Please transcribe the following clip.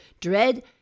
Dread